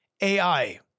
AI